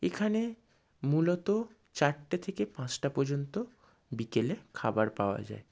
এখানে মূলত চারটে থেকে পাঁচটা পর্যন্ত বিকেলে খাবার পাওয়া যায়